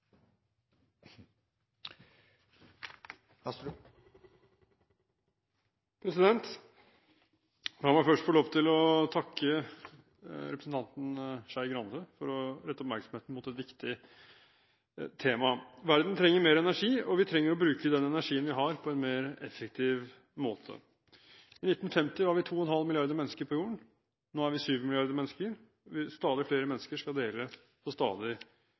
Skei Grande for å rette oppmerksomheten mot et viktig tema. Verden trenger mer energi, og vi trenger å bruke den energien vi har, på en mer effektiv måte. I 1950 var vi 2,5 milliarder mennesker på jorden, nå er vi 7 milliarder mennesker. Stadig flere mennesker skal dele på stadig